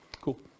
Cool